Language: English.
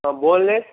boneless